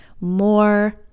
more